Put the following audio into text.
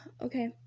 Okay